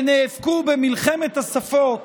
שנאבקו במלחמת השפות